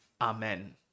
Amen